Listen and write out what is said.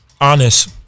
honest